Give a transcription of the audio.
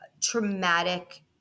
traumatic